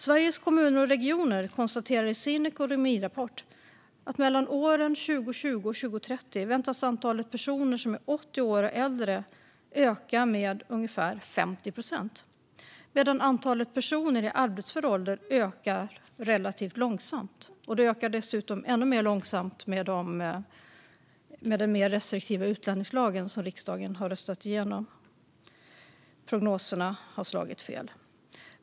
Sveriges Kommuner och Regioner konstaterar i sin ekonomirapport att mellan åren 2020 och 2030 väntas antalet personer som är 80 år och äldre öka med ungefär 50 procent, medan antalet personer i arbetsför ålder ökar relativt långsamt. Det ökar dessutom ännu mer långsamt i och med den mer restriktiva utlänningslag som riksdagen har röstat igenom. Prognoserna har slagit fel.